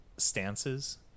Stances